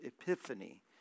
Epiphany